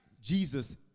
Jesus